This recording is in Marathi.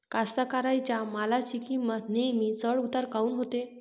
कास्तकाराइच्या मालाची किंमत नेहमी चढ उतार काऊन होते?